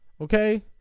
Okay